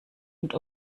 und